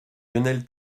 lionel